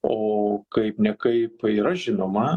o kaip ne kaip yra žinoma